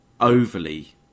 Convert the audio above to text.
overly